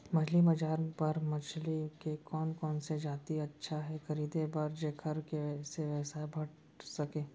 मछली बजार बर मछली के कोन कोन से जाति अच्छा हे खरीदे बर जेकर से व्यवसाय बढ़ सके?